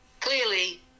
clearly